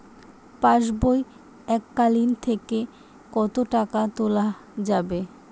পাশবই এককালীন থেকে কত টাকা তোলা যাবে?